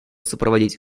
сопроводить